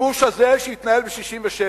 הכיבוש הזה, שהתרחש ב-67',